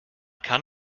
kann